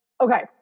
Okay